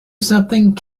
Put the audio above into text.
something